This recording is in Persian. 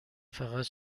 فقط